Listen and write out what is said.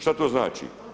Šta to znači?